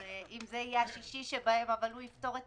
אם זה יהיה השישי שבהם אבל הוא יפתור את